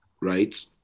right